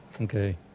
Okay